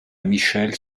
michel